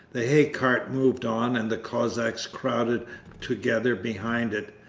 the hay-cart moved on and the cossacks crowded together behind it.